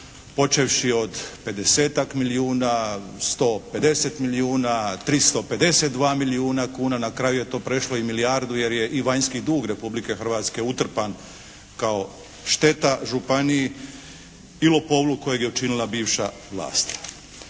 počevši od pedesetak milijuna, 150 milijuna, 352 milijuna kuna. Na kraju je to prešlo i milijardu jer je i vanjski dug Republike Hrvatske utrpan kao šteta županiji i lopovluk kojeg je učinila bivša vlast.